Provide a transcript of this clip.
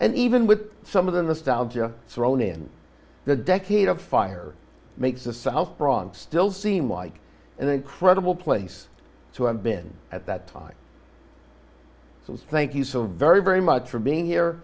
and even with some of the nostalgia thrown in the decade of fire makes the south bronx still seem like an incredible place to have been at that time so thank you so very very much for being here